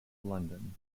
london